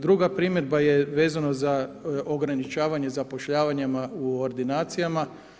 Druga primjedba je vezano za ograničavanje zapošljavanjima u ordinacijama.